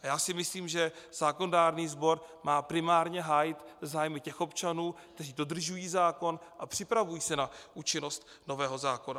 A já si myslím, že zákonodárný sbor má primárně hájit zájmy těch občanů, kteří dodržují zákon a připravují se na účinnost nového zákona.